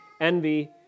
envy